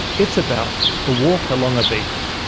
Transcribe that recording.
it's about a walk along a beach.